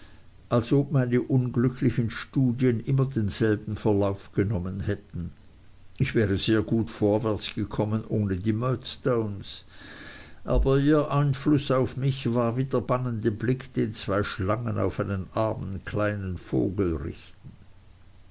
als ob meine unglücklichen studien immer denselben verlauf genommen hätten ich wäre sehr gut vorwärts gekommen ohne die murdstones aber ihr einfluß auf mich war wie der bannende blick den zwei schlangen auf einen armen kleinen vogel richten